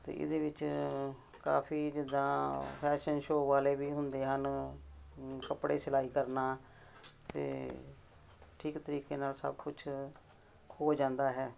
ਅਤੇ ਇਹਦੇ ਵਿੱਚ ਕਾਫ਼ੀ ਜਿੱਦਾਂ ਫੈਸ਼ਨ ਸ਼ੋ ਵਾਲੇ ਵੀ ਹੁੰਦੇ ਹਨ ਕੱਪੜੇ ਸਿਲਾਈ ਕਰਨਾ ਅਤੇ ਠੀਕ ਤਰੀਕੇ ਨਾਲ ਸਭ ਕੁਛ ਹੋ ਜਾਂਦਾ ਹੈ